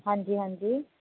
ਹਾਂਜੀ ਹਾਂਜੀ